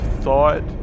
thought